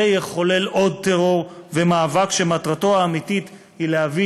זה יחולל עוד טרור ומאבק שמטרתו האמיתית היא להביא